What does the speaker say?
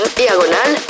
diagonal